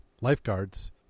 lifeguards